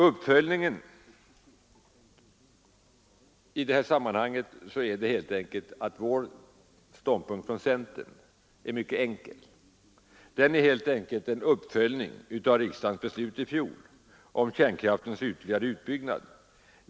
Centerns ståndpunkt i det sammanhanget är mycket enkel. Den är en uppföljning av riksdagens beslut i fjol om kärnkraftens ytterligare utbyggnad.